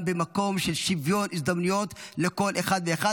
במקום של שוויון הזדמנויות לכל אחד ואחד.